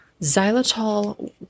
Xylitol